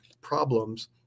problems